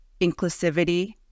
Inclusivity